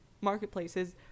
marketplaces